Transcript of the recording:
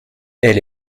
elle